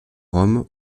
rome